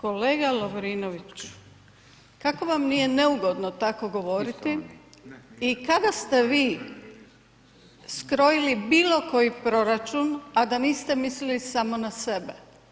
Kolega Lovrinoviću, kako vam nije neugodno tako govoriti i kada ste vi skrojili bilo koji proračun, a da niste mislili samo na sebe.